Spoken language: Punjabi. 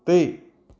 ਤੇ